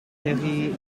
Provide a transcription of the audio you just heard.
herri